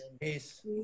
Peace